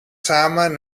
samen